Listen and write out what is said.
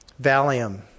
Valium